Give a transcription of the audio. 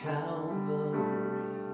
Calvary